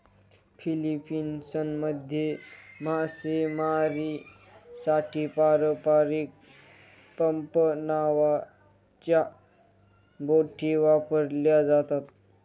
फिलीपिन्समध्ये मासेमारीसाठी पारंपारिक पंप नावाच्या बोटी वापरल्या जातात